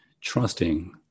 trusting